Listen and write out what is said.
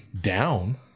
down